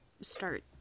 start